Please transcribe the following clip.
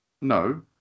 No